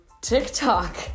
TikTok